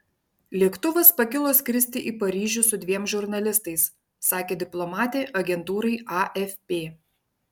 lėktuvas pakilo skristi į paryžių su dviem žurnalistais sakė diplomatė agentūrai afp